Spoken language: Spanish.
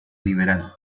liberal